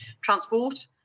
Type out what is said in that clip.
Transport